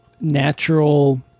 natural